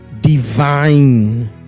divine